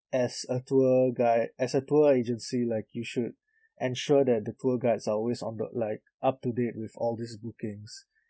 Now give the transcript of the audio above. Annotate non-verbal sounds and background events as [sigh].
as a tour guide as a tour agency like you should [breath] ensure that the tour guides are always on the like up to date with all these bookings